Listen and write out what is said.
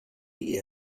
die